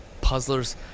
puzzlers